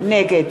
נגד